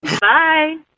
Bye